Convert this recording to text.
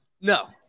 No